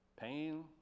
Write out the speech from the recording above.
pain